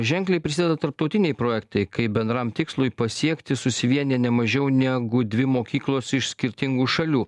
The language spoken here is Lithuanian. ženkliai prisideda tarptautiniai projektai kaip bendram tikslui pasiekti susivienija ne mažiau negu dvi mokyklos iš skirtingų šalių